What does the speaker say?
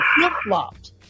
flip-flopped